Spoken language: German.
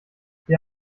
wir